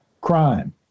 crime